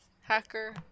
hacker